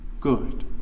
good